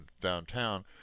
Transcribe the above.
downtown